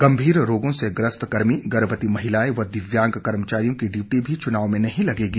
गंभीर रोगों से ग्रस्त कर्मी गर्भवती महिलाएं व दिव्यांग कर्मचारियों की ड्यूटी भी चुनाव में नहीं लगेगी